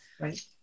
Right